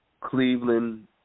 Cleveland